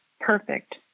perfect